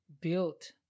built